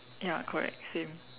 ya correct same